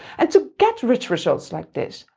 and to get rich results like this,